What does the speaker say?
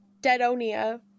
Deadonia